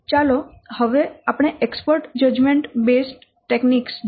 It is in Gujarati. ચાલો હવે આપણે એક્સપર્ટ જજમેન્ટ બેસ્ડ તકનીકો જોઈએ